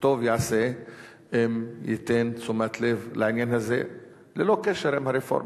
טוב יעשה אם ייתן תשומת לב לעניין הזה ללא קשר עם הרפורמה.